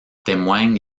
témoignent